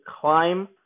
climb